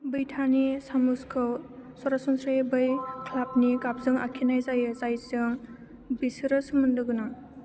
बैथानि सामुसखौ सरासनस्रायै बै क्लाबनि गाबजों आखिनाय जायो जायजों बेसोरो सोमोन्दो गोनां